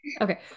okay